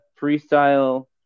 freestyle